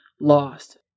lost